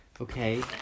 Okay